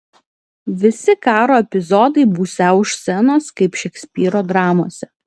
visi karo epizodai būsią už scenos kaip šekspyro dramose